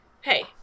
Hey